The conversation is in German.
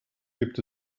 gibt